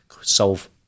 solve